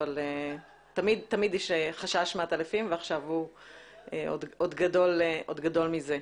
תמיד יש חשש מעטלפים ועכשיו הוא עוד גדול מזה.